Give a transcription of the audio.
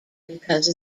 because